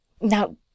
Now